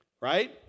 Right